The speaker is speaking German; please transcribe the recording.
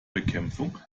bekämpfung